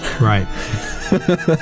Right